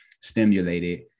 stimulated